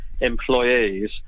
employees